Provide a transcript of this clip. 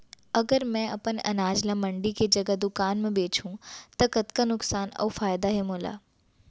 अगर मैं अपन अनाज ला मंडी के जगह दुकान म बेचहूँ त कतका नुकसान अऊ फायदा हे मोला?